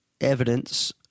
evidence